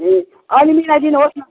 ए अलिक मिलाइदिनु होस् न